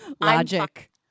Logic